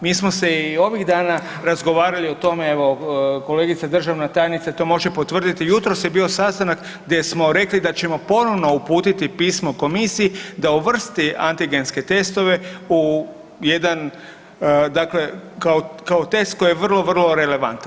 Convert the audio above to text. Mi smo se i ovih dana razgovarali o tome, evo kolegica državna tajnica to može potvrditi, jutros je bio sastanak gdje smo rekli da ćemo ponovno uputiti pismo komisiji da uvrsti antigenske testove u jedan, dakle kao, kao test koji je vrlo, vrlo relevantan.